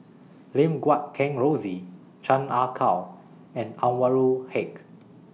Lim Guat Kheng Rosie Chan Ah Kow and Anwarul Haque